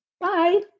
Bye